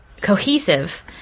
Cohesive